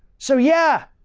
so yeah,